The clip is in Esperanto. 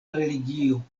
religio